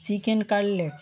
chicken garlic